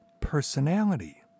personality